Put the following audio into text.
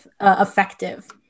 effective